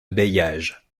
bailliages